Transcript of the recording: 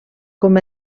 com